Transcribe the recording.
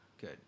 Good